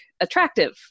attractive